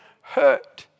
hurt